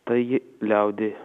tai liaudį